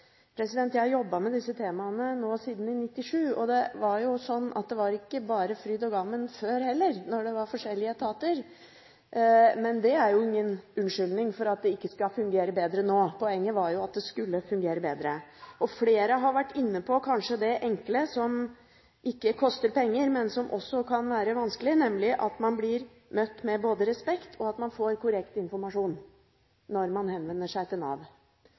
Jeg har jobbet med disse temaene nå siden i 1997, og det var ikke bare fryd og gammen før heller, da det var forskjellige etater. Men det er ingen unnskyldning for at det ikke skal fungere bedre nå – poenget var jo at det skulle fungere bedre. Flere har vært inne på det kanskje enkle, som ikke koster penger, men som også kan være vanskelig, nemlig at man blir møtt med respekt, og at man får korrekt informasjon når man henvender seg til Nav.